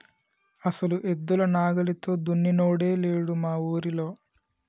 అసలు ఎద్దుల నాగలితో దున్నినోడే లేడు మా ఊరిలో